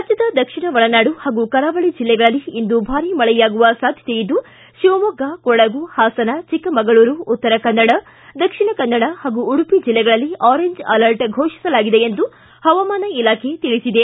ರಾಜ್ಞದ ದಕ್ಷಿಣ ಒಳನಾಡು ಹಾಗೂ ಕರಾವಳಿ ಜಿಲ್ಲೆಗಳಲ್ಲಿ ಇಂದು ಭಾರಿ ಮಳೆಯಾಗುವ ಸಾಧ್ಯತೆಯಿದ್ದು ಶಿವಮೊಗ್ಗ ಕೊಡಗು ಹಾಸನ ಚಿಕ್ಕಮಗಳೂರು ಉತ್ತರ ಕನ್ನಡ ದಕ್ಷಿಣ ಕನ್ನಡ ಹಾಗೂ ಉಡುಪಿ ಜಿಲ್ಲೆಗಳಲ್ಲಿ ಆರೆಂಜ್ ಅಲರ್ಟ್ ಘೋಷಿಸಲಾಗಿದೆ ಎಂದು ಪವಾಮಾನ ಇಲಾಖೆ ತಿಳಿಸಿದೆ